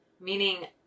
meaning